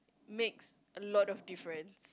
makes a lot of difference